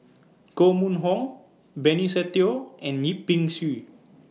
Koh Mun Hong Benny Se Teo and Yip Pin Xiu